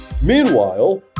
Meanwhile